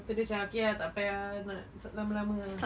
oh dia macam okay ah tak payah nak ikut lama-lama ah